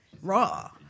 Raw